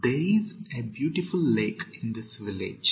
there is a beautiful lake in this village